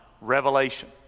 revelation